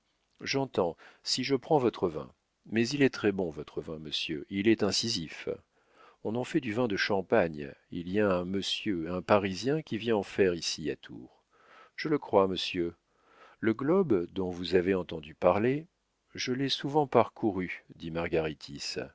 j'entends si je prends votre vin mais il est très-bon votre vin monsieur il est incisif on en fait du vin de champagne il y a un monsieur un parisien qui vient en faire ici à tours je le crois monsieur le globe dont vous avez entendu parler je l'ai souvent parcouru dit